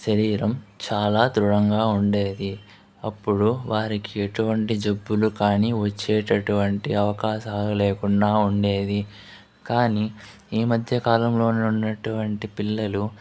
శరీరం చాలా దృఢంగా ఉండేది అప్పుడు వారికి ఎటువంటి జబ్బులు కానీ వచ్చేటటువంటి అవకాశాలు లేకుండా ఉండేది కానీ ఈ మధ్యకాలంలో ఉన్నటువంటి పిల్లలు